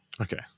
Okay